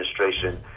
administration